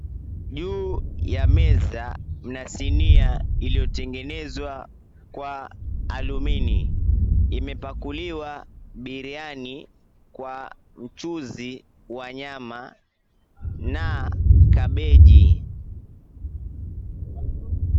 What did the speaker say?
Juu ya meza mna sinia iliyotengenezwa kwa alumini, imepakuliwa biriani kwa mchuzi wa nyama na kabeji.